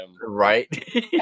Right